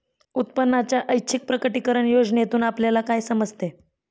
उत्पन्नाच्या ऐच्छिक प्रकटीकरण योजनेतून आपल्याला काय समजते?